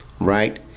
right